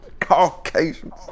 Caucasians